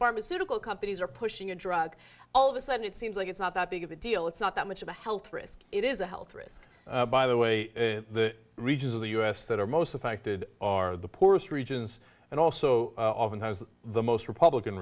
pharmaceutical companies are pushing a drug all of a sudden it seems like it's not that big of a deal it's not that much of a health risk it is a health risk by the way the regions of the u s that are most affected are the poorest regions and also oftentimes the most republican